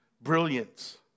brilliance